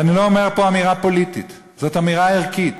ואני לא אומר פה אמירה פוליטית, זאת אמירה ערכית